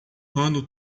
ano